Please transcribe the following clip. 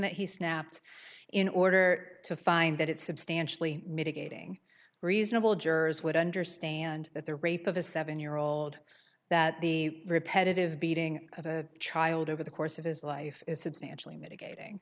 that he snapped in order to find that it substantially mitigating reasonable jurors would understand that the rape of a seven year old that the repetitive beating of a child over the course of his life is substantially mitigating